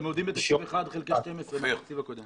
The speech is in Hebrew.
הם עובדים על אחד חלקי 12 מהתקציב הקודם.